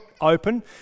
open